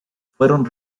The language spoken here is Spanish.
fueron